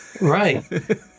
Right